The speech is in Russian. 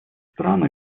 страны